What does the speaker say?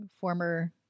former